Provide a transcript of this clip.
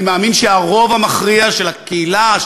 אני מאמין שהרוב המכריע של הקהילה,